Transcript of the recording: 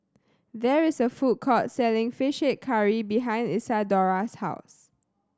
there is a food court selling Fish Head Curry behind Isadora's house